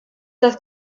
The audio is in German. das